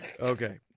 Okay